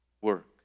work